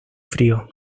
frío